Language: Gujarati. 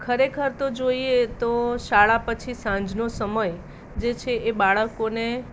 ખરેખર તો જોઈએ તો શાળા પછી સાંજનો સમય જે છે એ બાળકોને